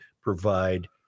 provide